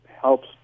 helps